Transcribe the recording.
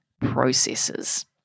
processes